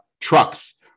trucks